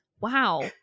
Wow